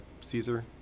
Caesar